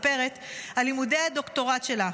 מספרת על לימודי הדוקטורט שלה: